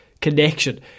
connection